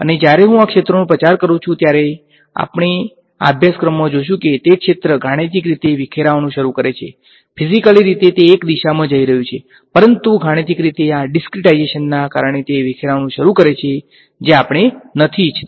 અને જ્યારે હું આ ક્ષેત્રનો પ્રચાર કરું છું ત્યારે આપણે આ અભ્યાસક્રમમાં જોશું કે તે ક્ષેત્ર ગાણિતિક રીતે વિખેરાવાનું શરૂ કરે છે ફીઝીકેલી રીતે તે એક દિશામાં જઈ રહ્યું છે પરંતુ ગાણિતિક રીતે આ ડીસ્ક્રીટાઈઝેશનના કારણે તે વિખેરાવાનું શરૂ કરે છે જે આપણે નથી ઈચ્છતા